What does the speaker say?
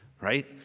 Right